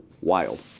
Wild